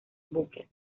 buques